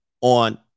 on